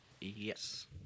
Yes